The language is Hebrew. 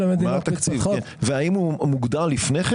והאם מוגדר לפני כן?